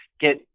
get